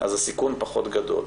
הסיכון פחות גדול.